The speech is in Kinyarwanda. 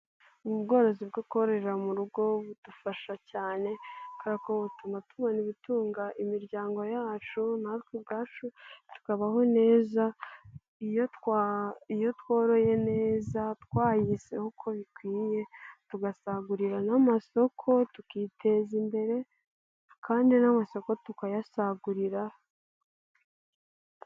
Mu bworozi bwo kororera mu rugo budufasha cyane kubera ko butuma tubona ibitunga imiryango yacu natwe ubwacu tukabaho neza, iyo twa iyo tworoye neza twayiseho uko bikwiye tugasagurira n'amasoko, tukiteza imbere kandi n'amasoko tukayasagurira.